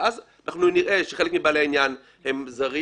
אז אנחנו נראה שחלק מבעלי העניין הם זרים